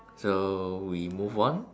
so we move on